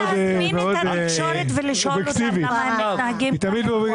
אפשר להזמין את התקשורת ולשאול אותם למה הם מתנהגים ככה.